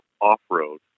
off-road